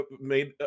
made